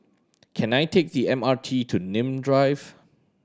can I take the M R T to Nim Drive